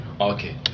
Okay